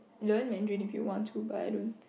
learn mandarin if you want to but I don't